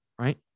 right